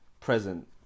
present